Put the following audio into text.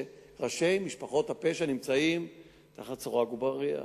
וראשי משפחות הפשע נמצאים מאחורי סורג ובריח.